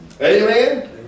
Amen